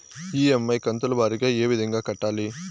EMI కంతుల వారీగా ఏ విధంగా కట్టాలి